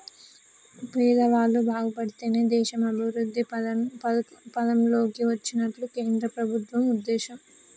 పేదవాళ్ళు బాగుపడితేనే దేశం అభివృద్ధి పథం లోకి వచ్చినట్లని కేంద్ర ప్రభుత్వం ఉద్దేశం